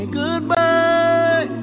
goodbye